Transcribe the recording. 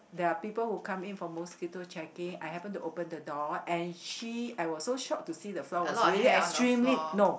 there are people who come in for mosquito checking I happen to open the door and she I was so shocked to see the floor was really extremely no